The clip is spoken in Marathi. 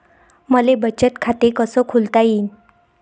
मले बचत खाते कसं खोलता येईन?